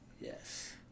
Yes